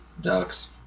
ducks